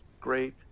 great